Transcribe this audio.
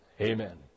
Amen